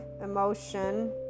emotion